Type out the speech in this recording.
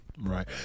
Right